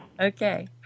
Okay